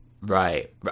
Right